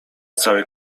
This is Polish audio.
całej